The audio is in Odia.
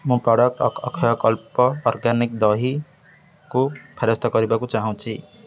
ମୁଁ ପ୍ରଡ଼କ୍ଟ ଅକ୍ଷୟକଲ୍ପ ଅର୍ଗାନିକ୍ ଦହିକୁ ଫେରସ୍ତ କରିବାକୁ ଚାହୁଁଛି